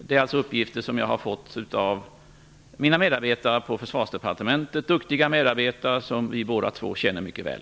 Det är uppgifter som jag fått av mina medarbetare på Försvarsdepartementet, duktiga medarbetare som vi båda två känner mycket väl.